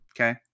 Okay